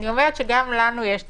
גם לנו יש תפקיד.